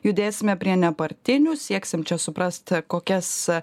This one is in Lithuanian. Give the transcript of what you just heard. judėsime prie nepartinių sieksim čia suprast kokias